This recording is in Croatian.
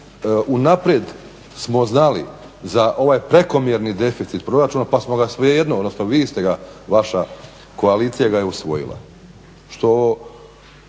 unaprijed smo znali za ovaj prekomjerni deficit proračuna pa smo ga svejedno, odnosno vi ste ga, vaša koalicija ga je usvojila što